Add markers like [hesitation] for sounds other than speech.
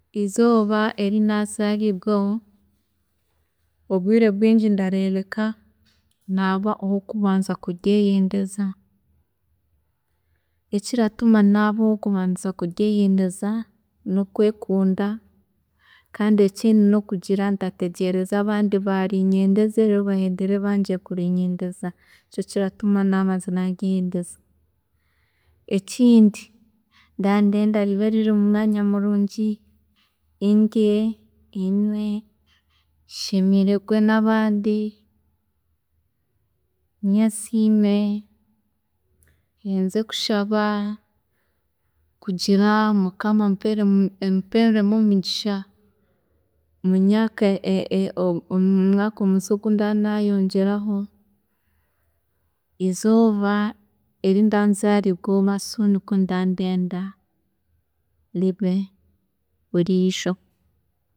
﻿Eizooba eri naazaarirweho, obwiire obwingi ndareebeka naaba owokubanza kuryeyendeza, ekiratuma naaba owokubanza kuryeyendeza nokwekunda kandi ekindi nokugira ntategyeereza abandi barinyeendeze reero bahendere bangire kurinyeendeza, nikyo kiratuma naabanza Naryeyeendeza. Ekindi, ndaba ndenda ribe riri mumwanya murungi, indye, inywe, nshemererwe nabandi, nyesiime, nze kushaba kugira mukama mpeere ampeeremu omugisha [hesitation] mumwaaka omusya ogu ndaba nayongyeraho, eizooba erindaba nzaariirweho nikwe ndaba ndenda ribe buriijo.